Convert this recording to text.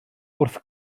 wrth